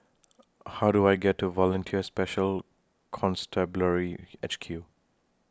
How Do I get to Volunteer Special Constabulary H Q